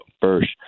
first